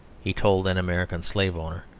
he told an american slave-owner,